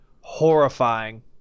horrifying